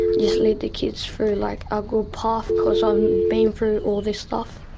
just lead the kids through like a good path because i've been through all this stuff.